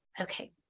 Okay